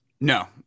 No